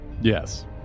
Yes